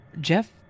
Jeff